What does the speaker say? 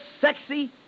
sexy